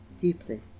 deeply